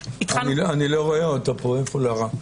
אני לא רואה אותה פה, איפה לרה?